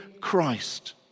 Christ